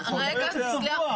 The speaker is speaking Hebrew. מה זה לא דיווחו?